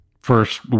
first